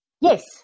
Yes